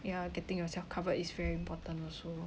ya getting yourself covered is very important also